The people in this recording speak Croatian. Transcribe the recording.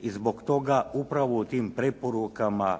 i zbog toga upravo u tim preporukama